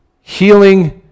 Healing